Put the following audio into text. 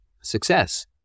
success